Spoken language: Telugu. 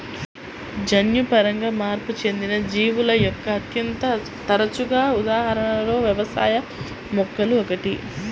జన్యుపరంగా మార్పు చెందిన జీవుల యొక్క అత్యంత తరచుగా ఉదాహరణలలో వ్యవసాయ మొక్కలు ఒకటి